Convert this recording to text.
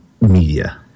media